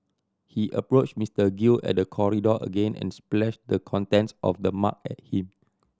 he approached Mister Gill at the corridor again and splashed the contents of the mug at him